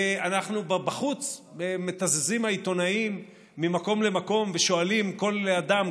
ובחוץ מתזזים העיתונאים ממקום למקום ושואלים כל אדם,